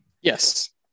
Yes